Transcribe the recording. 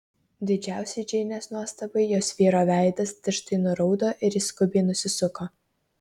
didžiausiai džeinės nuostabai jos vyro veidas tirštai nuraudo ir jis skubiai nusisuko